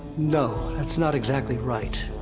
no, that's not exactly right.